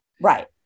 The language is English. Right